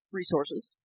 resources